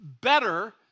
better